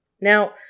Now